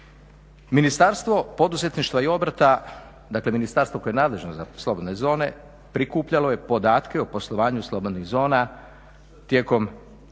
Ministarstvo poduzetništva i obrta, dakle ministarstvo koje je nadležno za slobodne zone prikupljalo je podatke o poslovanju slobodnih zona tijekom